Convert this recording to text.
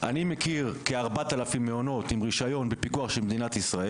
אני מכיר כ-4000 מעונות עם רישיון בפיקוח של מדינת ישראל